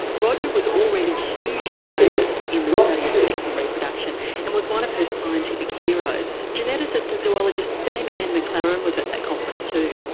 roger was already hugely famous in the study of sex and reproduction and was one of her scientific heroes. geneticist and zoologist dame anne mclaren was at that conference too.